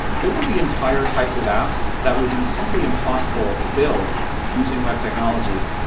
there would be entire types of apps that would be simply impossible to build using web technology.